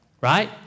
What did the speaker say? right